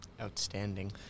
Outstanding